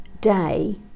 day